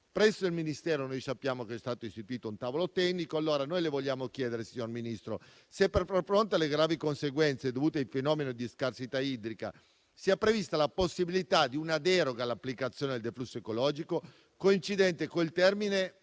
presso il Ministero è stato istituito un tavolo tecnico. Noi le vogliamo chiedere, signor Ministro, se, per far fronte alle gravi conseguenze dovute ai fenomeni di scarsità idrica, sia prevista la possibilità di una deroga all'applicazione del deflusso ecologico, coincidente con il termine